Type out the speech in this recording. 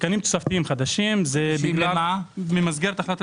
אלה תקנים תוספתיים חדשים במסגרת החלטת